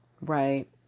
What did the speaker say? right